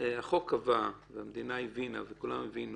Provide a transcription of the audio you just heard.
החוק קבע, והמדינה הבינה וכולם הבינו